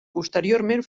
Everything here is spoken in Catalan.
posteriorment